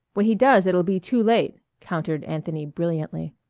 when he does it'll be too late, countered anthony brilliantly.